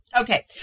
Okay